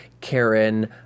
Karen